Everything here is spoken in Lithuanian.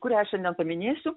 kurią šiandien paminėsiu